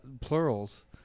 plurals